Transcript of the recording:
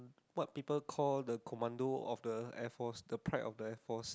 what people call the commando of the Air Force the pride of the Air Force